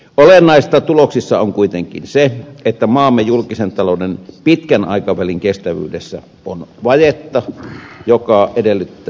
olennaista tuloksissa on kuitenkin se että maamme julkisen talouden pitkän aikavälin kestävyydessä on vajetta joka edellyttää toimenpiteitä